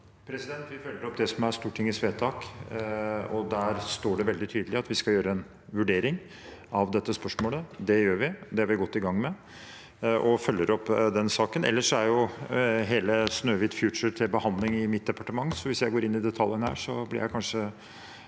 Vi følger opp det som er Stortingets vedtak, og der står det veldig tydelig at vi skal gjøre en vurdering av dette spørsmålet. Det gjør vi, det er vi godt i gang med, og vi følger opp saken. Ellers er jo hele Snøhvit Future til behandling i mitt departement, så hvis jeg går inn i detaljene her, kommer jeg kanskje